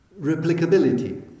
Replicability